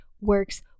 works